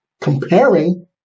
comparing